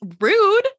Rude